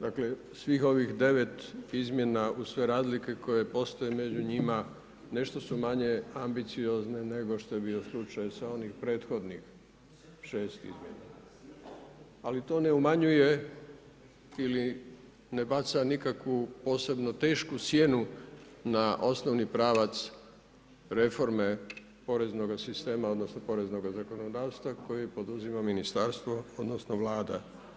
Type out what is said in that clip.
Dakle, svih ovih 9 izmjena uz sve razlike koje postoje među njima nešto su manje ambiciozne nego što je bio slučaj sa onih prethodnih 6 ih, ali to ne umanjuje ili ne baca nikakvu posebno tešku sjenu na osnovni pravac reforme poreznog sistema odnosno poreznog zakonodavstva koje poduzima ministarstvo odnosno Vlada.